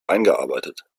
eingearbeitet